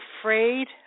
afraid